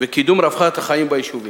וקידום רווחת החיים ביישובים,